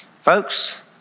Folks